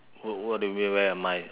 what what do you mean where am I